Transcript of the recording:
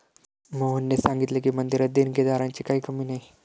मोहनने सांगितले की, मंदिरात देणगीदारांची काही कमी नाही